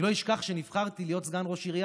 אני לא אשכח שכשנבחרתי להיות סגן ראש עירייה